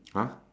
!huh!